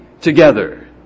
together